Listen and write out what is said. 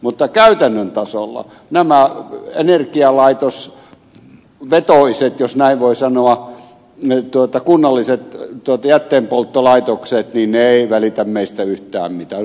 mutta käytännön tasolla nämä energialaitosvetoiset jos näin voi sanoa kunnalliset jätteenpolttolaitokset eivät välitä meistä yhtään mitään